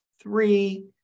three